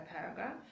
paragraph